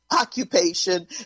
occupation